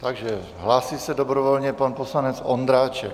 Takže hlásí se dobrovolně pan poslanec Ondráček.